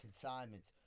consignments